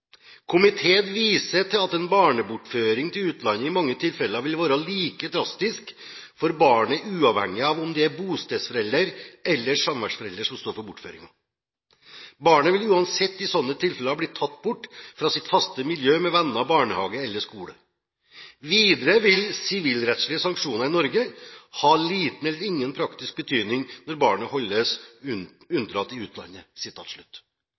viser til at en barnebortføring til utlandet i mange tilfeller vil være like drastisk for barnet, uavhengig av om det er bostedsforelderen eller samværsforelderen som står for bortføringen. Barnet vil uansett i slike tilfeller bli tatt bort fra sitt faste miljø med venner og barnehage eller skole. Videre vil sivilrettslige sanksjoner i Norge ha liten eller ingen praktisk betydning når barnet holdes unndratt i utlandet.»